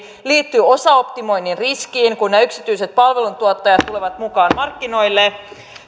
liittyvät osaoptimoinnin riskiin kun yksityiset palveluntuottajat tulevat mukaan markkinoille